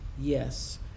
Yes